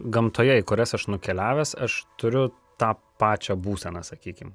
gamtoje į kurias aš nukeliavęs aš turiu tą pačią būseną sakykim